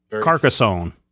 Carcassonne